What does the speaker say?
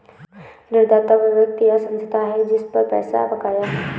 ऋणदाता वह व्यक्ति या संस्था है जिस पर पैसा बकाया है